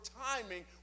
timing